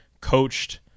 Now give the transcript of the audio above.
coached